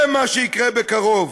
זה מה שיקרה בקרוב.